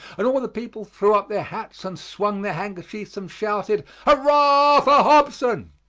and all the people threw up their hats and swung their handkerchiefs, and shouted hurrah for hobson!